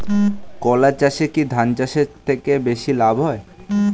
কলা চাষে কী ধান চাষের থেকে বেশী লাভ হয়?